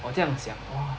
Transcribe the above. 我这样想 !wah!